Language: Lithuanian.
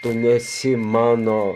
tu nesi mano